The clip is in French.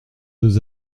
deux